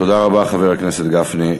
תודה רבה, חבר הכנסת גפני.